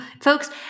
folks